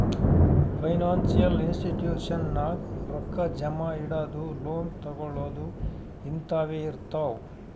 financial institution ನಾಗ್ ರೊಕ್ಕಾ ಜಮಾ ಇಡದು, ಲೋನ್ ತಗೋಳದ್ ಹಿಂತಾವೆ ಇರ್ತಾವ್